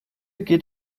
geht